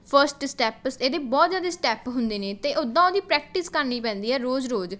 first step ਇਹਦੇ ਬਹੁਤ ਜ਼ਿਆਦੇ ਸਟੈਪ ਹੁੰਦੇ ਨੇ ਅਤੇ ਉਦਾਂ ਉਹਦੀ ਪ੍ਰੈਕਟਿਸ ਕਰਨੀ ਪੈਂਦੀ ਹੈ ਰੋਜ਼ ਰੋਜ਼